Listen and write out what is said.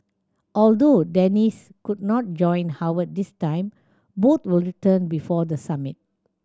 although Dennis could not join Howard this time both will return before the summit